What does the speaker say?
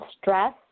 stress